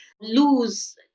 lose